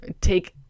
take